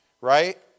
right